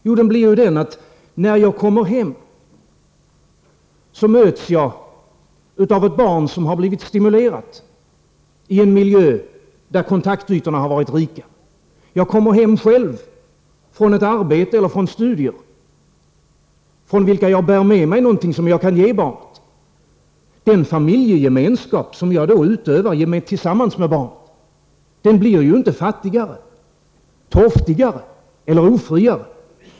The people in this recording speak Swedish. Jo, det blir: När jag kommer hem möts jag av ett barn som har blivit stimulerat i en miljö där kontaktytorna har varit rika, och jag kommer själv hem från ett arbete eller från studier från vilka jag bär med mig någonting som jag kan ge barnet. Den familjegemenskap som jag då utövar tillsammans med barnen blir inte fattigare, torftigare eller ofriare.